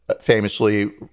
famously